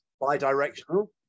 bi-directional